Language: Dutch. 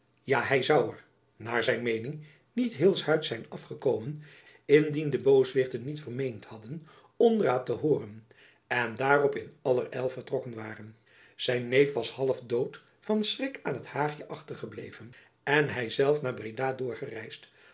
ja hy zoû er naar zijn meening niet heelshuids zijn afgekomen indien de booswichten niet vermeend hadden onraad te hooren en daarop in allerijl vertrokjacob van lennep elizabeth musch ken waren zijn neef was half dood van schrik aan t haagjen achtergebleven en hyzelf naar breda doorgereisd